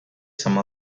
some